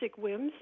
whims